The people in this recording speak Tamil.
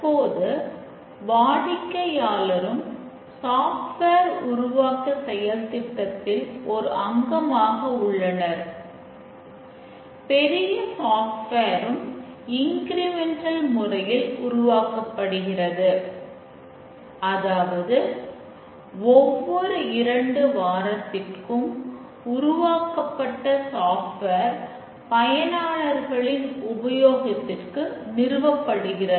தற்போது வாடிக்கையாளரும் சாஃப்ட்வேர் பயனாளர்களின் உபயோகத்திற்கு நிறுவப்படுகிறது